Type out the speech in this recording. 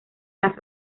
las